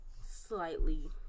slightly